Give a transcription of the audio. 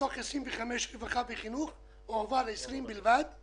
מתוך 25 מיליון שקל לרווחה וחינוך הועברו 20 מיליון שקל,